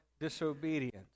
disobedience